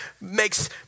makes